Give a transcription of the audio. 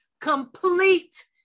complete